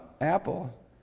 Apple